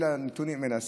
אלה הנתונים, אלה הסיבות.